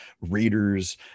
readers